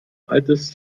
altes